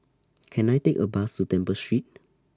Can I Take A Bus to Temple Street